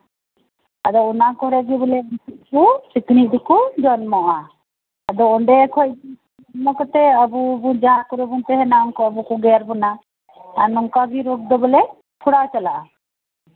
ᱟᱫᱚ ᱚᱱᱟ ᱠᱚᱨᱮ ᱜᱮ ᱵᱚᱞᱮ ᱥᱤᱠᱲᱤᱡ ᱫᱚᱠᱚ ᱡᱚᱱᱢᱚᱜᱼᱟ ᱟᱫᱚ ᱚᱱᱰᱮ ᱠᱷᱚᱱ ᱚᱱᱟ ᱠᱟᱛᱮᱫ ᱟᱵᱚ ᱡᱟᱦᱟᱸ ᱠᱚᱨᱮ ᱵᱚᱱ ᱛᱟᱦᱮᱱᱟ ᱥᱤᱠᱲᱤᱡ ᱠᱚᱠᱚ ᱜᱮᱨ ᱵᱚᱱᱟ ᱟᱫᱚ ᱱᱚᱝᱠᱟ ᱜᱮ ᱨᱳᱜ ᱫᱚ ᱵᱚᱞᱮ ᱪᱷᱚᱲᱟᱣ ᱪᱟᱞᱟᱜᱼᱟ